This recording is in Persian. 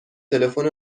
تلفن